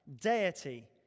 deity